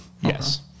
yes